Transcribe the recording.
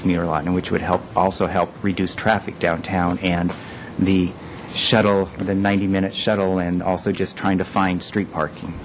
commuter line which would help also help reduce traffic downtown and the shuttle of the ninety minute shuttle and also just trying to find street parking